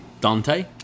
Dante